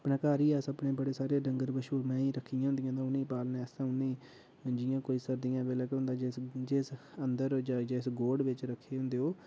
अपने घर ई असें अपने बड़े सारे डंगर बच्छू मेहीं रक्खी दिया होंदियां ते उटनेंगी पालने आस्तै जियां कोई सर्दियें दे बैल्ले केह् होंदा जिस जिस अंदर जिस गोड़ बिच्च रक्खे दे होंदे ओह्